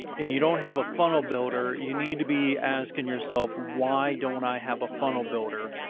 and you don't have a funnel builder, you need to be asking yourself why don't i have a funnel builder,